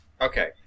Okay